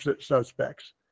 suspects